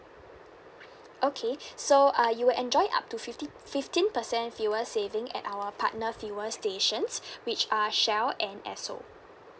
okay so uh you will enjoy up to fifty fifteen percent fuel saving at our partner fuel stations which are shell and esso